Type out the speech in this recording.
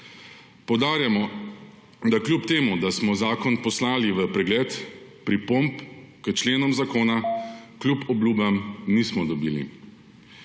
Poudarjamo, da čeprav smo zakon poslali v pregled, pripomb k členom zakona kljub obljubam nismo dobili.